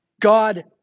God